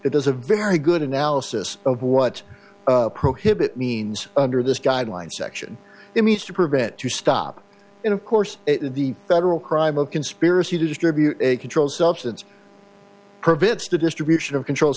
it is a very good analysis of what prohibit means under this guideline section it means to prevent to stop in of course the federal crime of conspiracy to distribute a controlled substance permits to distribution of controlled